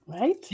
Right